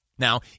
Now